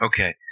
Okay